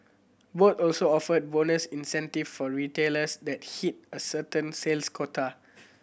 both also offered bonus incentive for retailers that hit a certain sales quota